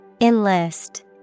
Enlist